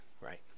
right